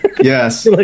yes